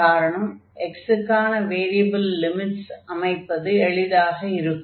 காரணம் x க்கான variable limits அமைப்பது எளிதாக இருக்கும்